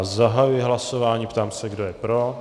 Zahajuji hlasování a ptám se, kdo je pro.